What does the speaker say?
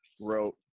wrote